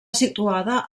situada